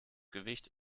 gewicht